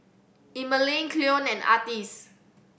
Emmaline Cleon and Artis